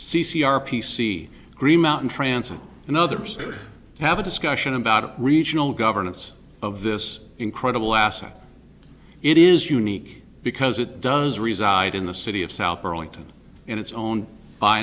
c c r p c green mountain transit and others have a discussion about regional governance of this incredible asset it is unique because it does reside in the city of south burlington and it's owned by